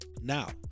now